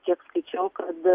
kiek skaičiau kad